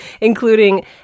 including